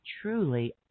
truly